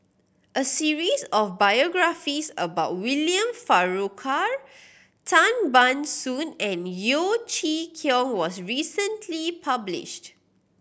a series of biographies about William Farquhar Tan Ban Soon and Yeo Chee Kiong was recently published